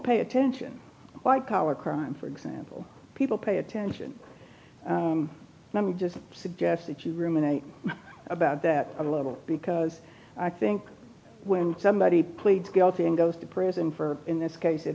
pay attention white collar crime for example people pay attention let me just suggest that you ruminate about that a little because i think when somebody plead guilty and go to prison for in this case it